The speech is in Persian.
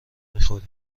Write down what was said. میخوری